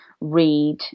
read